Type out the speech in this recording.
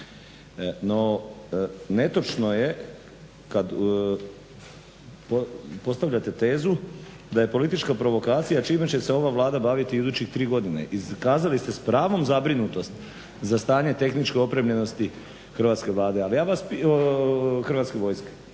No, netočno je kad postavljate tezu da je politička provokacija čime će se ova Vlada baviti idućih 3 godine. Iskazali ste s pravom zabrinutost za stanje tehničke opremljenosti Hrvatske vojske